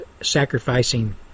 sacrificing